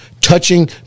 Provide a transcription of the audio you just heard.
touching